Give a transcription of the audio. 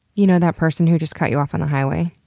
you know that person who just cut you off on the highway?